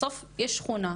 בסוף יש שכונה,